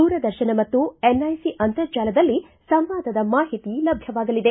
ದೂರದರ್ಶನ ಮತ್ತು ಎನ್ಐಸಿ ಅಂತರ್ಜಾಲದಲ್ಲಿ ಸಂವಾದದ ಮಾಹಿತಿ ಲಭ್ಯವಾಗಲಿದೆ